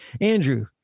Andrew